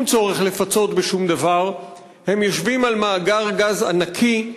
צורך לפצות בשום דבר: הם יושבים על מאגר גז ענקי,